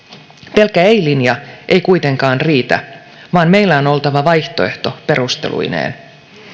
pelkkä ei linja ei kuitenkaan riitä vaan meillä on oltava vaihtoehto perusteluineen